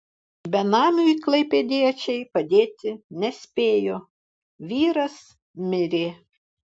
benamiui klaipėdiečiai padėti nespėjo vyras mirė